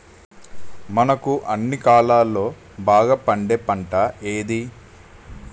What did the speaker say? మనకు అన్ని కాలాల్లో బాగా పండే పంట ఏది?